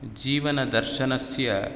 जीवनदर्शनस्य